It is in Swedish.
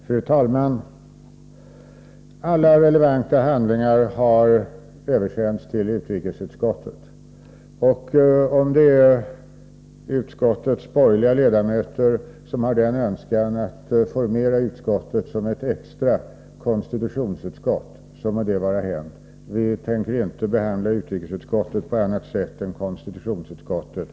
Fru talman! Alla relevanta handlingar har översänts till utrikesutskottet. Öm utskottets borgerliga ledamöter har en önskan att formera utskottet som ett extra konstitutionsutskott, må det vara hänt. Vi tänker inte behandla utrikesutskottet på annat sätt än konstitutionsutskottet.